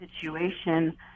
situation